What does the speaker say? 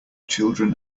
children